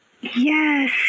Yes